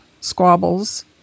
squabbles